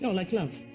so like love,